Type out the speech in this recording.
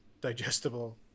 digestible